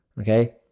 Okay